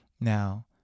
now